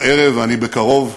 הערב, ואני בקרוב,